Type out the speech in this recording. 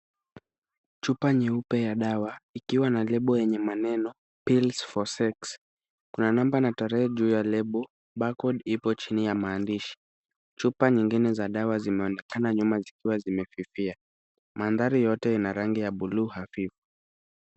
Chupa nyeupe ya dawa, ikiwa na lebo yenye maneno, pills for sex . Kuna number na tarehe juu ya lebo, Barcode ipo chini ya maandishi. Chupa nyingine za dawa zimeonekana nyuma zikiwa zimefifia. Mandhari yote ina rangi ya buluu hafifu.